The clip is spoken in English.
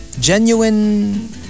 genuine